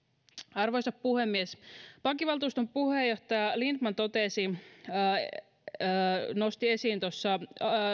arvoisa puhemies pankkivaltuuston puheenjohtaja lindtman nosti esiin tuossa